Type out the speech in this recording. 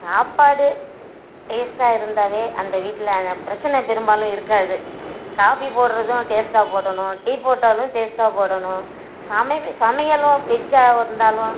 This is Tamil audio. சாப்பாடு டேஸ்ட்டாக இருந்தாவே அந்த வீட்டில பிரச்சனை பெரும்பாலும் இருக்காது காப்பி போடுறதும் டேஸ்ட்டாக போடணும் டீ போட்டாலும் டேஸ்ட்டாக போடணும் சமைபி சமையலும் வெஜ்ஜாக இருந்தாலும்